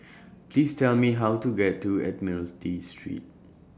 Please Tell Me How to get to Admiralty Street